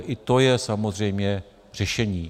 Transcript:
I to je samozřejmě řešení.